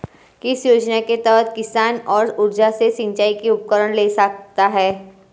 किस योजना के तहत किसान सौर ऊर्जा से सिंचाई के उपकरण ले सकता है?